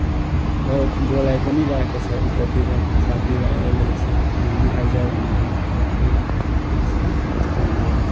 बहुत बोलाइ पनि रहेको छ उतातिर साथीभाइहरूले यसो घुम्न आइज भनेर है यसो कस्तो हुन्छ